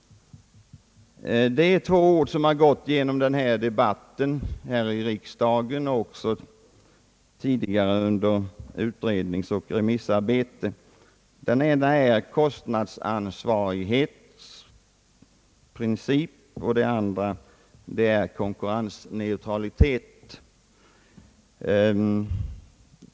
Det är två ord som har gått genom denna debatt här i riksdagen och även tidigare under utredningsoch remissarbetet. Det ena är kostnadsansvarighetsprincip och det andra är konkurrensneutralitet.